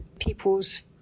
people's